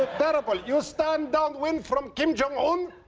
ah terrible. you stand downwind from kim jung on.